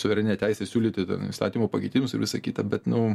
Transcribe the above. suverenią teisę siūlyti ten įstatymo pakeitimus ir visa kita bet nu